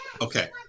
Okay